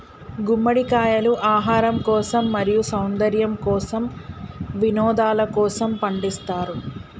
గుమ్మడికాయలు ఆహారం కోసం, మరియు సౌందర్యము కోసం, వినోదలకోసము పండిస్తారు